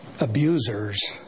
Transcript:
Abusers